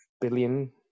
Billion